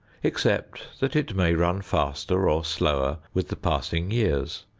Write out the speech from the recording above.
except that it may run faster or slower with the passing years,